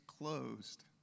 closed